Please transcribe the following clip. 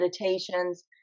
meditations